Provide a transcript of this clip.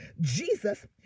Jesus